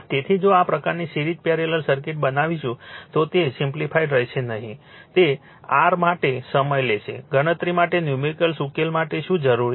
તેથી જો આ પ્રકારની સિરીઝ પેરેલલ સર્કિટ બનાવીશું તો તે સિમ્પ્લિફાઇડ રહેશે નહીં તે r માટે સમય લેશે ગણતરી માટે ન્યૂમેરિકલ ઉકેલ માટે શું જરૂરી છે